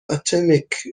atomic